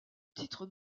titre